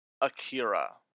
Akira